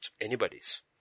Anybody's